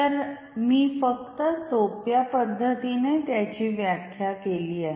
तर मी फक्त सोप्या पद्धतीने त्याची व्याख्या केली आहे